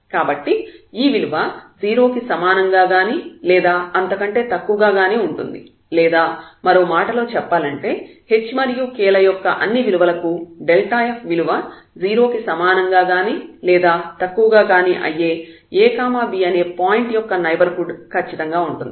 కాబట్టి ఈ విలువ 0 కి సమానంగా గాని లేదా అంతకంటే తక్కువగా గానీ ఉంటుంది లేదా మరో మాటలో చెప్పాలంటే h మరియు k ల యొక్క అన్ని విలువలకుf విలువ 0 కి సమానంగా గాని లేదా తక్కువగా గానీ అయ్యే ab అనే పాయింట్ యొక్క నైబర్హుడ్ ఖచ్చితంగా ఉంటుంది